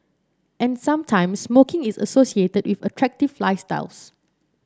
and sometimes smoking is associated with attractive lifestyles